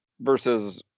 versus